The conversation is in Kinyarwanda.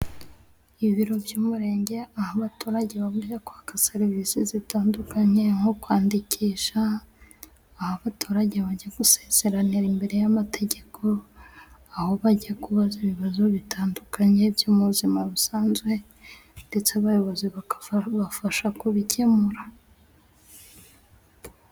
Ibiro by'umurenge aho abaturage baja kwaka serivisi zitandukanye nko kwandikisha, aho abaturage bajya gusezeranira imbere y'amategeko, aho bajya kubaza ibibazo bitandukanye byo mu buzima busanzwe ndetse abayobozi bakabafasha kubikemura.